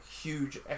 huge